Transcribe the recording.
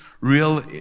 real